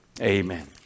Amen